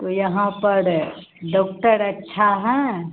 तो यहाँ पर डॉक्टर अच्छा है